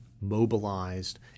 mobilized